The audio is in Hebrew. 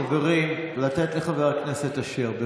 חברים, לתת לחבר הכנסת אשר.